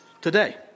today